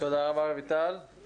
תודה רבה, רויטל.